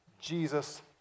Jesus